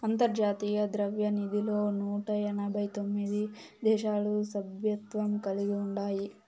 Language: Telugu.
అంతర్జాతీయ ద్రవ్యనిధిలో నూట ఎనబై తొమిది దేశాలు సభ్యత్వం కలిగి ఉండాయి